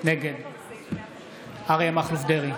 נגד אריה מכלוף דרעי,